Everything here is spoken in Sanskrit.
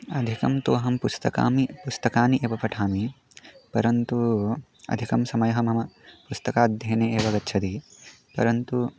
अधिकं तु अहं पुस्तकानि पुस्ताकानि एव पठामि परन्तु अधिकः समयः मम पुस्तकाध्ययने एव गच्छति परन्तु